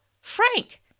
Frank